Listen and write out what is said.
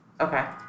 Okay